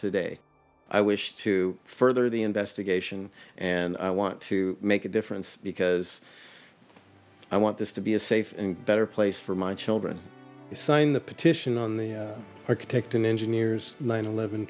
today i wish to further the investigation and i want to make a difference because i want this to be a safe and better place for my children to sign the petition on the architect and engineers nine eleven